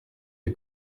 les